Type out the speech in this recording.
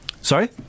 Sorry